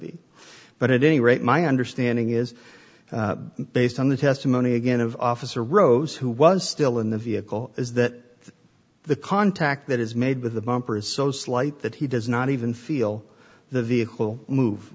be but it any rate my understanding is based on the testimony again of officer rose who was still in the vehicle is that the contact that is made with the bumper is so slight that he does not even feel the vehicle move